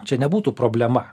čia nebūtų problema